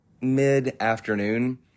mid-afternoon